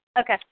Okay